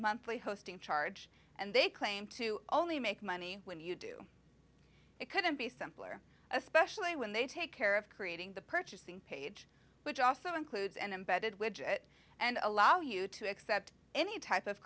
monthly hosting charge and they claim to only make money when you do it couldn't be simpler especially when they take care of creating the purchasing page which also includes an embedded widget and allow you to accept any type of